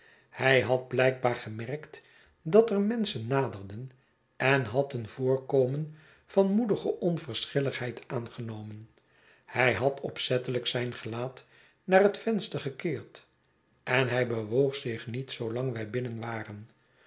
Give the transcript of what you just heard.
hij had blijkbaar gemerkt dat er menschen naderden en had een voorkomen van moedige onverschilligheid aangenomen hij had opzettelijk zijn gelaat naar het venster gekeerd en hij bewoog zich niet zoolang wij binnen waren